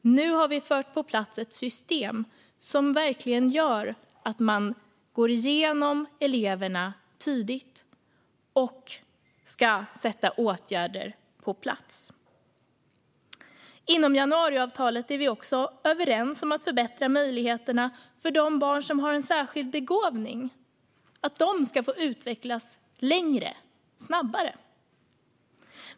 Men nu har vi fått ett system på plats som verkligen gör att man går igenom eleverna tidigt och sätter in åtgärder. Inom januariavtalet är vi också överens om att förbättra möjligheterna för de barn som har en särskild begåvning så att de ska få utvecklas längre och snabbare.